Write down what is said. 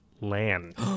land